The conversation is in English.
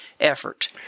effort